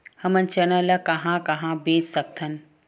हमन चना ल कहां कहा बेच सकथन?